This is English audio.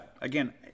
Again